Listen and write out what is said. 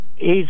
hes